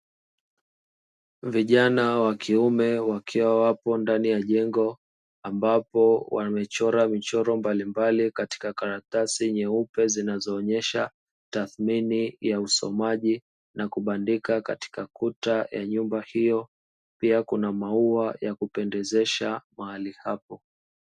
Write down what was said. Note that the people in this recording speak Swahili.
Vijana wa kiume wakiwa wapo ndani ya jengo, ambapo wamechora michoro mbalimbali katika karatasi nyeupe zinazoonyesha tathimini ya usomaji na kubandika katika kuta ya nyumba hiyo, pia kuna maua ya kupendezesha mahali hapo.